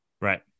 Right